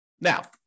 Now